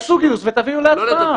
תעשו גיוס ותביאו להצבעה.